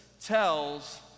tells